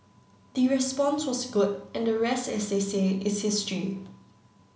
the response was good and the rest as they say is history